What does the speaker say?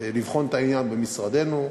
לבחון את העניין במשרדנו,